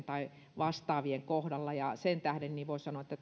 tai vastaavien kohdalla ja sen tähden voi sanoa että